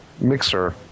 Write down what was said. mixer